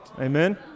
Amen